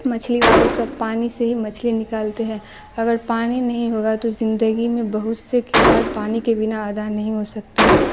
مچھلی والے سب پانی سے ہی مچھلی نکالتے ہیں اگر پانی نہیں ہوگا تو زندگی میں بہت سے کردار پانی کے بنا ادا نہیں ہو سکتے ہیں